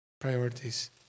priorities